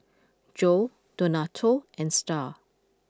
Jo Donato and Star